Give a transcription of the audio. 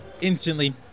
instantly